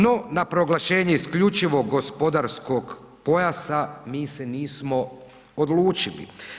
No, na proglašenje isključivog gospodarskom pojasa mi se nismo odlučili.